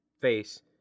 face